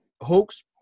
hoax